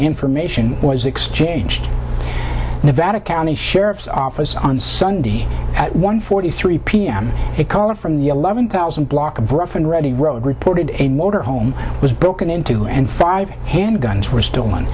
information was exchanged nevada county sheriff's office on sunday at one forty three pm a comment from the eleven thousand block of rough and ready road reported a motorhome was broken into and five handguns were st